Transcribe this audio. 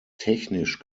technisch